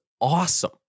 awesome